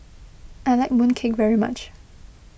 I like Mooncake very much